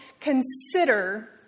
consider